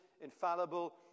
infallible